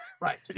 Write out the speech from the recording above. Right